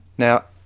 now,